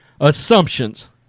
Assumptions